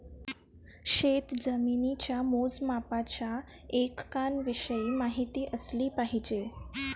शेतजमिनीच्या मोजमापाच्या एककांविषयी माहिती असली पाहिजे